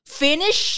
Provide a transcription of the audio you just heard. finish